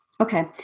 Okay